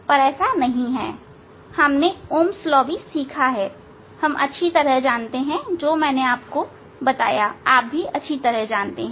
पर ऐसा नहीं है हमने ohm's law सीखा है हम अच्छी तरह से जानते हैं जो भी मैंने आपको बताया आप अच्छी तरह जानते हैं